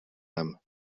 them